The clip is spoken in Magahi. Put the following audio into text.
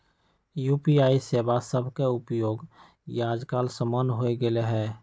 यू.पी.आई सेवा सभके उपयोग याजकाल सामान्य हो गेल हइ